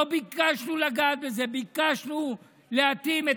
לא ביקשנו לגעת בזה, ביקשנו להתאים את